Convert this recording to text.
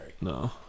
No